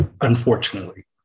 unfortunately